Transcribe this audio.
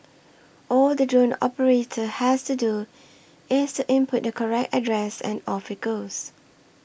all the drone operator has to do is to input the correct address and off it goes